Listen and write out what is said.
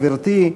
גברתי,